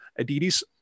Adidas